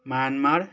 Myanmar